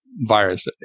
virus